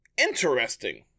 Interesting